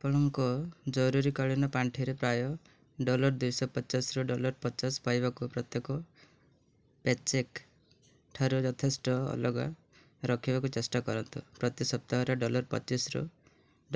ଆପଣଙ୍କ ଜରୁରୀକାଳୀନ ପାଣ୍ଠିରେ ପ୍ରାୟ ଡଲାର୍ ଦୁଇଶହ ପଚାଶର ଡଲାର୍ ପଚାଶ ପାଇବାକୁ ପ୍ରତ୍ୟେକ ପେ ଚେକ୍ ଠାରୁ ଯଥେଷ୍ଟ ଅଲଗା ରଖିବାକୁ ଚେଷ୍ଟା କରନ୍ତୁ ପ୍ରତି ସପ୍ତାହରେ ଡଲାର୍ ପଚିଶରୁ